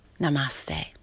Namaste